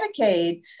Medicaid